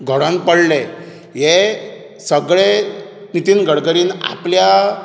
घोडोवन पडलें हे सगळें नितीन गडकरीन आपल्या